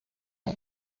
ans